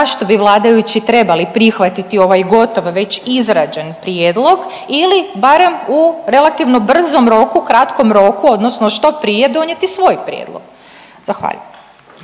zašto bi vladajući trebali prihvatiti ovaj gotov već izrađen prijedlog ili barem u relativno brzom roku, kratkom roku odnosno što prije donijeti svoj prijedlog. Zahvaljujem.